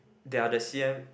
they are the C_N